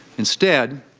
instead,